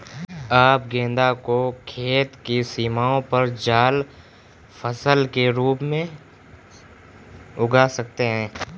आप गेंदा को खेत की सीमाओं पर जाल फसल के रूप में उगा सकते हैं